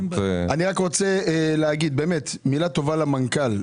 אני רק רוצה להגיד באמת מילה טובה למנכ"ל.